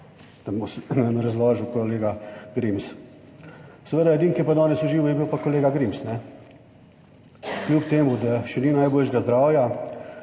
da bom razložil kolega Grims, seveda edini, ki je pa danes uživa, je bil pa kolega Grims. Kljub temu, da še ni najboljšega zdravja,